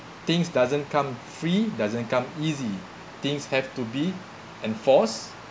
things doesn't come free doesn't come easy things have to be enforce